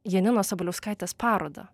janinos sabaliauskaitės parodą